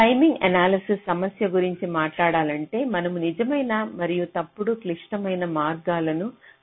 timing analysis సమస్య గురించి మాట్లాడాలంటే మనము నిజమైన మరియు తప్పుడు క్లిష్టమైన మార్గాలను గుర్తించడానికి ప్రయత్నిస్తున్నాము